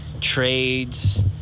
trades